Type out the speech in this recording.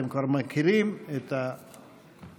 אתם כבר מכירים את הפרוצדורה,